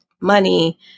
money